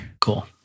Cool